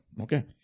Okay